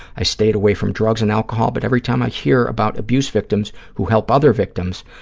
i stayed away from drugs and alcohol, but every time i hear about abuse victims who help other victims,